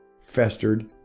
festered